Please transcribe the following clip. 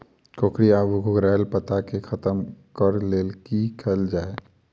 कोकरी वा घुंघरैल पत्ता केँ खत्म कऽर लेल की कैल जाय?